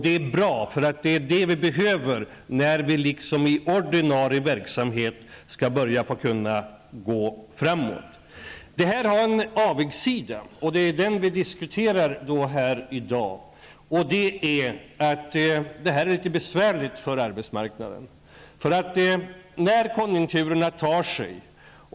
Det är bra, eftersom det är vad vi behöver när vi så att säga i ordinarie verksamhet skall börja gå framåt. Det finns en avigsida, och det är den som vi diskuterar här i dag. Detta är litet besvärligt för arbetsmarknaden. Vi vet inte när konjunkturerna tar sig.